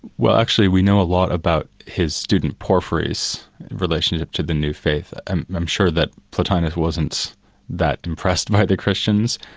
well actually we know a lot about his student porphyry's relationship to the new faith, and i'm sure that plotinus wasn't that impressed by the christians,